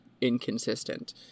inconsistent